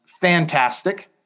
fantastic